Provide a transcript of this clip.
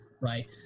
right